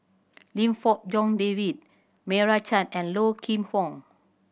Lim Fong Jock David Meira Chand and Low Kim Pong